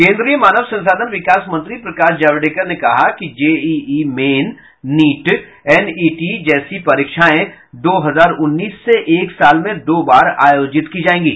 केंद्रीय मानव संसाधन विकास मंत्री प्रकाश जावड़ेकर ने कहा कि जेईई मेन नीट एनईटी जैसी परीक्षाएं दो हजार उन्नीस से एक साल में दो बार आयोजित की जाएंगी